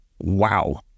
wow